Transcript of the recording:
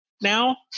now